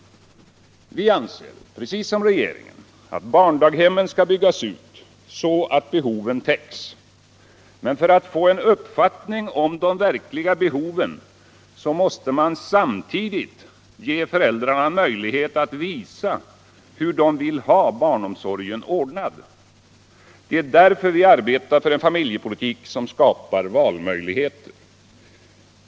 Vi anser, precis som regeringen, att barndaghemmen skall byggas ut så att behoven täcks. Men för att få en uppfattning om de verkliga behoven måste man samtidigt ge föräldrarna möjlighet att visa hur de vill ha barnomsorgen ordnad. Det är därför vi arbetar för en familjepolitik som skapar valmöjligheter.